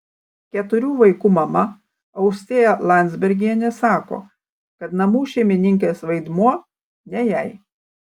keturių vaikų mama austėja landzbergienė sako kad namų šeimininkės vaidmuo ne jai